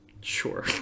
sure